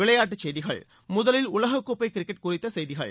விளையாட்டுச் செய்திகள் முதலில் உலக கோப்பை கிரிக்கெட் குறித்த செய்திகள்